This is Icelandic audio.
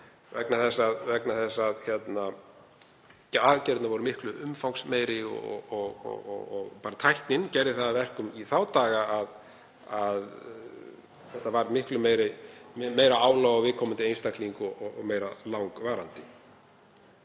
vegna þess að þær voru miklu umfangsmeiri og tæknin gerði það að verkum í þá daga að þetta var miklu meira álag á viðkomandi einstakling og meira langvarandi.